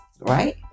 right